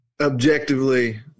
objectively